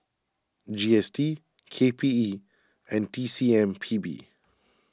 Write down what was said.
G S T K P E and T C M P B